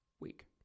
week